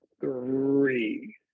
three